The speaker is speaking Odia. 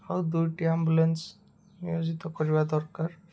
ଆଉ ଦୁଇଟି ଆମ୍ବୁଲାନ୍ସ ନିୟୋଜିତ କରିବା ଦରକାର